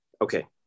Okay